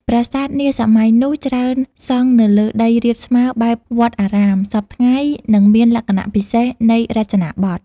ប្រាសាទនាសម័យ នោះច្រើនសង់នៅលើដីរាបស្មើបែបវត្តអារាម សព្វថ្ងៃ និងមានលក្ខណៈពិសេសនៃរចនាបថ។